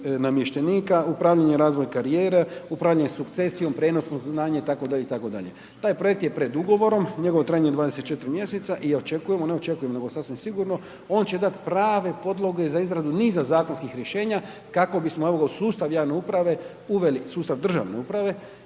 namještenika, upravljanje i razvoj karijere, upravljanje sukcesijom, prijenosno znanje itd., itd. Taj projekt je pred ugovorom, njegovo je trajanje 24 mjeseca i očekujemo, ne očekujemo nego sasvim sigurno on će dati prave podloge za izradu niza zakonskih rješenja kako bismo evo ga u sustav javne uprave uveli sustav državne uprave